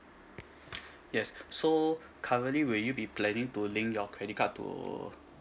yes so currently will you be planning to link your credit card to